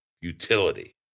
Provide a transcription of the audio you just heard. utility